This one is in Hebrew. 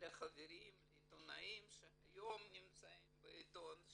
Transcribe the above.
לחברים לעיתונאים שהיום נמצאים בעיתון,